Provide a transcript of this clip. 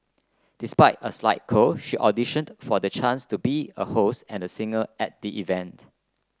despite a slight cold she auditioned for the chance to be a host and a singer at the event